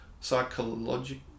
Psychological